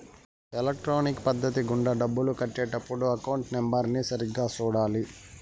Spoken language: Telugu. ఎలక్ట్రానిక్ పద్ధతి గుండా డబ్బులు కట్టే టప్పుడు అకౌంట్ నెంబర్ని సరిగ్గా సూడాలి